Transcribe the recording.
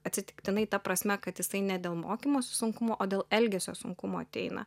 atsitiktinai ta prasme kad jisai ne dėl mokymosi sunkumų o dėl elgesio sunkumų ateina